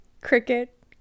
Cricket